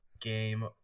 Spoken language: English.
game